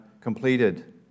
completed